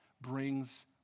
brings